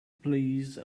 please